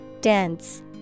Dense